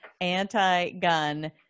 anti-gun